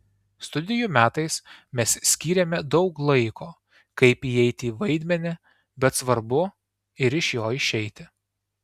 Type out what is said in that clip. studijų metais mes skyrėme daug laiko kaip įeiti į vaidmenį bet svarbu ir iš jo išeiti